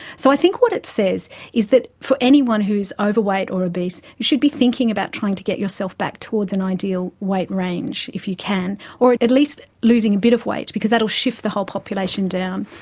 so i think what it says is that for anyone who is overweight or obese, you should be thinking about trying to get yourself back towards an ideal weight range if you can, or at at least losing a bit of weight because that will shift the whole population down.